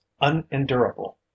unendurable